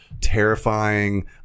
terrifying